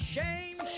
Shame